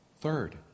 Third